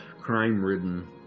crime-ridden